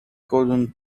couldn’t